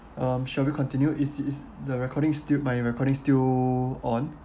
um shall we continue is is the recording still my recording still on